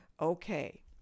Okay